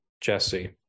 jesse